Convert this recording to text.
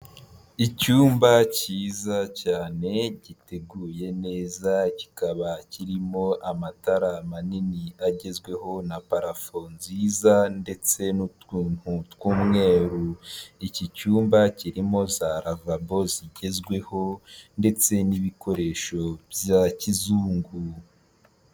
Icyumba cyiza cyane giteguye neza kikaba kirimo amatara manini agezweho na parafo nziza ndetse n'utuntu tw'umweru, iki cyumba kirimo za ravabo zigezweho ndetse n'ibikoresho bya kizungu.